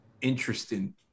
Interesting